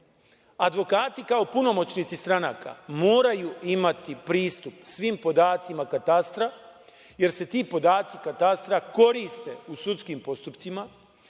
izostao. Advokati kao punomoćnici stranaka moraju imati pristup svim podacima katastra, jer se ti podaci katastra koriste u sudskim postupcima,